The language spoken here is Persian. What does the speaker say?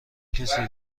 کسی